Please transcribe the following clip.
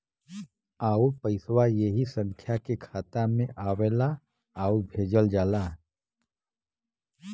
आउर पइसवा ऐही संख्या के खाता मे आवला आउर भेजल जाला